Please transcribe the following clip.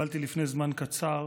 וקיבלתי לפני זמן קצר